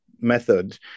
method